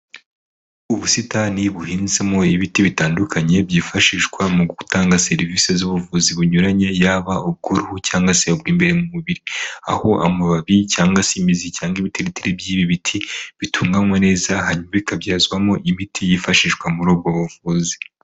Ubusitani buhinzemo ibiti bitandukanye byifashishwa mu gutanga serivisi z'ubuvuzi bunyuranye yaba ubwuruhu cyangwa se ubw' imbere mu mubiri. Aho amababi cyangwa se imizi cyangwa ibititiri by'ibi biti bitunganywa neza hanyuma bikabyazwamo imiti yifashishwa muri ubwo buvuzi.